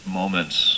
moments